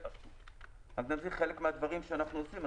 אני מביא חלק מהדברים שאנחנו עושים.